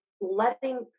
letting